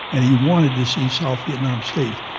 and he wanted to see south vietnam safe.